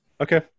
Okay